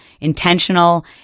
intentional